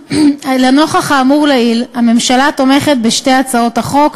לנוכח האמור לעיל, הממשלה תומכת בשתי הצעות החוק,